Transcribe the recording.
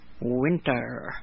winter